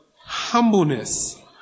humbleness